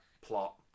plot